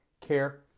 care